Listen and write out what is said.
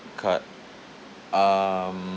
card um